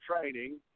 training